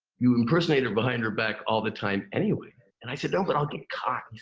you impersonate her behind her back all the time anyway. and i said, no, but i'll get caught.